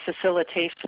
facilitation